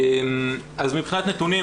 אז מבחינת נתונים,